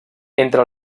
entre